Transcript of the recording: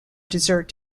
dessert